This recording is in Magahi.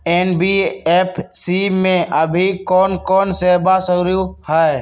एन.बी.एफ.सी में अभी कोन कोन सेवा शुरु हई?